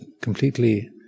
completely